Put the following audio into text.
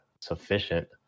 sufficient